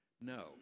No